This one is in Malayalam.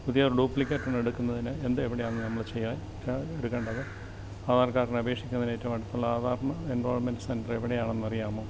പുതിയൊരു ഡ്യൂപ്ലിക്കേറ്റ് ഒരെണ്ണം എടുക്കുന്നതിന് എന്ത് എവിടെയാണ് നമ്മൾ ചെയ്യുക എടുക്കേണ്ടത് ആധാർ കാർഡിനു അപേക്ഷിക്കുന്നതിന് ഏറ്റോം അടുത്തുള്ള ആധാറിന് എൻറോൾമെൻറ് സെൻ്റർ എവിടെയാണെന്ന് അറിയാമോ